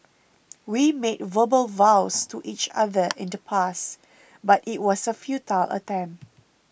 we made verbal vows to each other in the past but it was a futile attempt